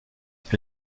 elle